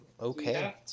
Okay